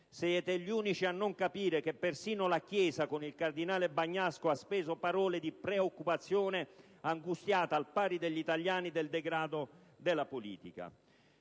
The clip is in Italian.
siete gli unici a non capire che persino la Chiesa, con il cardinale Bagnasco, ha speso parole di preoccupazione, angustiata, al pari degli italiani, per il degrado della politica.